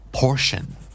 Portion